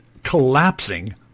collapsing